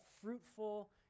fruitful